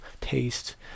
taste